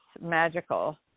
magical